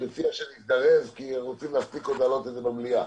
אני מציע שנזדרז כי אנחנו רוצים עוד להספיק להעלות את זה במליאה.